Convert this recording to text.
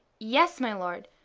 yes, my lord,